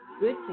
Good